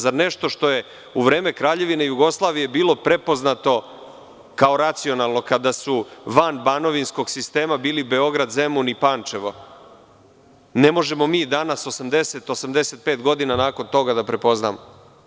Zar nešto što je u vreme Kraljevine Jugoslavije bilo prepoznato kao racionalno kada su van banovinskog sistema bili Beograd, Zemun i Pančevo, ne možemo mi danas 80-85 godina nakon toga da prepoznamo?